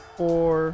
four